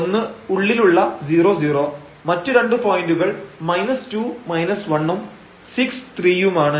ഒന്ന് ഉള്ളിലുള്ള 00 മറ്റു രണ്ട് പോയന്റുകൾ 2 1 ഉം 63 യുമാണ്